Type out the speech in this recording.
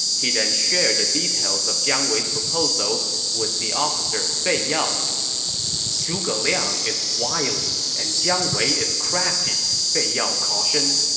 he then shared the details of jiang wei's proposal with the officer fei yao zhuge liang is wiley, and jiang wei crafty, fei yao cautioned.